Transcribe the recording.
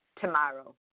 tomorrow